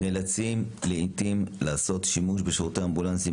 ונאלצים לעיתים לעשות שימוש בשירותי האמבולנסים